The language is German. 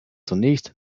zunächst